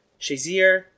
Shazier